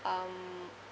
um